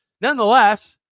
nonetheless